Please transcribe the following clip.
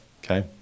Okay